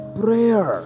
prayer